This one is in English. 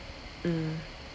mm